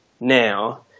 now